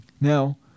Now